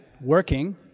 working